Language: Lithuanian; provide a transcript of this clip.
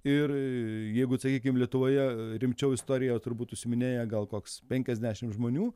ir jeigu sakykim lietuvoje rimčiau istorija turbūt užsiiminėja gal koks penkiasdešim žmonių